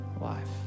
life